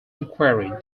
inquiry